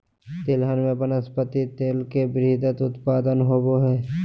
तिलहन में वनस्पति तेल के वृहत उत्पादन होबो हइ